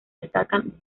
destacan